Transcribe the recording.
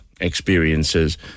experiences